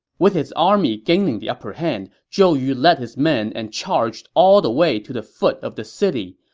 with his army gaining the upperhand, zhou yu led his men and charged all the way to the foot of the city.